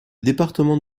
département